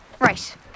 Right